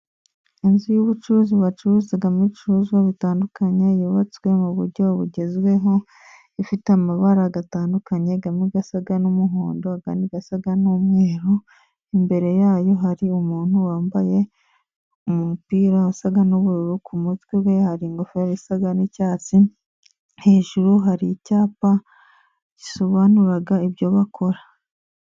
Inzu y'ubucuruzi bacuruzamo ibicuruzwa bitandukanye yubatswe mu buryo bugezweho ifite amabara atandukanye amwe asa n'umuhondo andi asa n'umweru. Imbere yayo hari umuntu wambaye umupira usa n'ubururu ku mutwe we hari ingofero isa n'icyatsi hejuru hari icyapa gisobanura ibyo bakora.